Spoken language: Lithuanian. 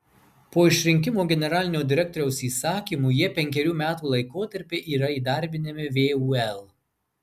po išrinkimo generalinio direktoriaus įsakymu jie penkerių metų laikotarpiui yra įdarbinami vul